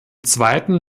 zweiten